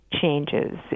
changes